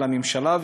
לממשלה,